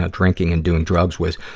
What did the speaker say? ah drinking and doing drugs, was,